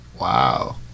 wow